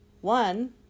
one